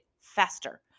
faster